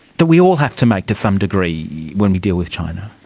that we all have to make to some degree when we deal with china.